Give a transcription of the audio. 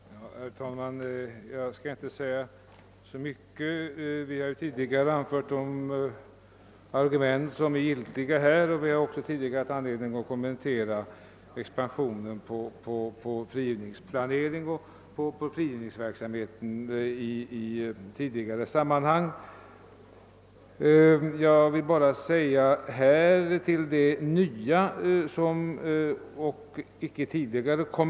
Herr talman! Jag skall inte säga så mycket. Vi har ju tidigare anfört de argument som är giltiga i detta sammanhang, och vi har också tidigare haft anledning att kommentera expansionen i fråga om frigivningsoch återanpassningsverksamhet. Frågan om samarbetsnämnder m.m. har vi också diskuterat tidigare.